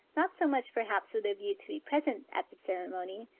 not so much perhaps with a view to be present at the ceremony,